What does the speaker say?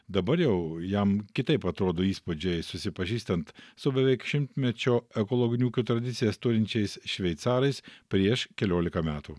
dabar jau jam kitaip atrodo įspūdžiai susipažįstant su beveik šimtmečio ekologinių ūkių tradicijas turinčiais šveicarais prieš keliolika metų